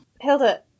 hilda